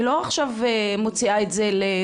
אני לא עכשיו מוציאה את זה לזה,